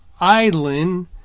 island